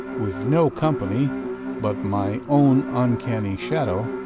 with no company but my own uncanny shadow,